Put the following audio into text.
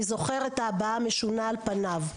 אני זוכר את ההבעה המשונה על פניו.